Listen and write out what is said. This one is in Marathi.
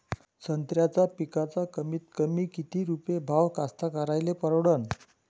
संत्र्याचा पिकाचा कमीतकमी किती रुपये भाव कास्तकाराइले परवडन?